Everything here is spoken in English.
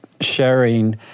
sharing